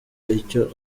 icyo